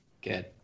Good